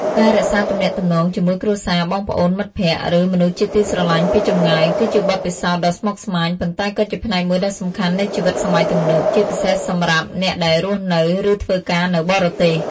ការរក្សាទំនាក់ទំនងជាមួយគ្រួសារ បងប្អូន មិត្តភក្តិ ឬមនុស្សជាទីស្រឡាញ់ពីចម្ងាយ គឺជាបទពិសោធន៍ដ៏ស្មុគស្មាញ ប៉ុន្តែក៏ជាផ្នែកមួយដ៏សំខាន់នៃជីវិតសម័យទំនើប ជាពិសេសសម្រាប់អ្នកដែលរស់នៅ ឬធ្វើការនៅបរទេស។